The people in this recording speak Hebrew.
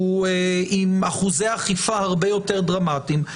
שהוא עם אחוזי אכיפה הרבה יותר דרמטיים,